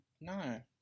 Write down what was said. no